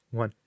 one